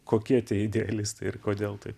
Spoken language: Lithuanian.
kokie tie idealistai ir kodėl taip